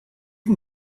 can